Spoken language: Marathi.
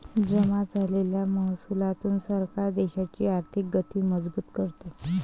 जमा झालेल्या महसुलातून सरकार देशाची आर्थिक गती मजबूत करते